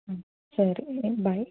ಹ್ಞೂ ಸರಿ ಬಾಯ್